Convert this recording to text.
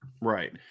Right